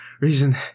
reason